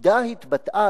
הבגידה התבטאה,